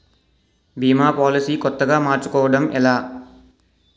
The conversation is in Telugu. భీమా పోలసీ కొత్తగా మార్చుకోవడం ఎలా?